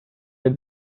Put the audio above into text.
had